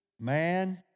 Man